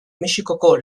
mexikoko